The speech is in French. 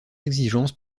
exigences